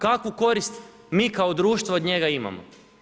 Kakvu korist mi kao društvo od njega imamo?